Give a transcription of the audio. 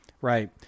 Right